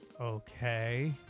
Okay